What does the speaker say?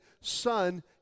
son